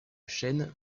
chêne